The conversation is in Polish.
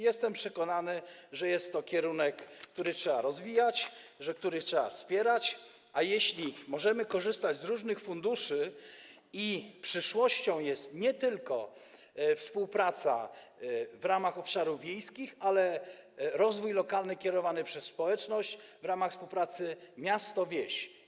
Jestem przekonany, że jest to kierunek, który trzeba rozwijać, który trzeba wspierać, a jeśli możemy korzystać z różnych funduszy, przyszłością jest nie tylko współpraca w ramach obszarów wiejskich, ale rozwój lokalny kierowany przez społeczność w ramach współpracy miasto - wieś.